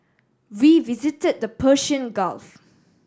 we visited the Persian Gulf